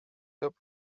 top